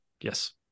Yes